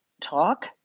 talk